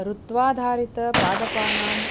ऋत्वाधारितपादपानाम्